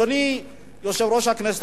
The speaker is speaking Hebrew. אדוני יושב-ראש הכנסת,